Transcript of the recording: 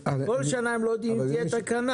כל שנה הם לא יודעים אם תהיה תקנה,